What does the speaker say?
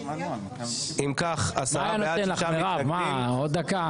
6 נמנעים, אין ההצעה נתקבלה.